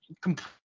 completely